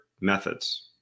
methods